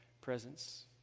presence